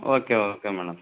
okay okay madam